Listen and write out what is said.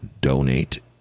donate